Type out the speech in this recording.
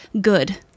good